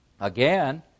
again